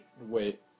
wait